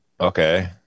Okay